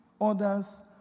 others